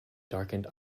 darkened